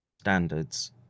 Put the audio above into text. standards